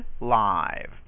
live